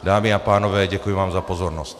Dámy a pánové, děkuji vám za pozornost.